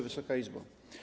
Wysoka Izbo!